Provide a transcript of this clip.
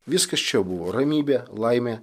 viskas čia buvo ramybė laimė